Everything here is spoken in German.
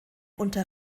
unter